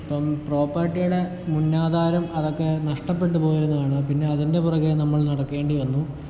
ഇപ്പം പ്രോപ്പർട്ടീടെ മുന്നാധാരം അതൊക്കെ നഷ്ട്ടപ്പെട്ടു പോയിരുന്നതാണ് പിന്നെ അതിൻ്റെ പുറകെ നമ്മൾ നടക്കേണ്ടി വന്നു